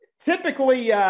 Typically